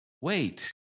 Wait